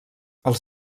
els